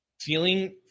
feeling